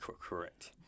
correct